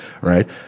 right